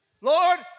Lord